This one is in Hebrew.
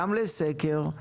גם לסקר,